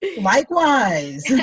Likewise